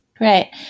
Right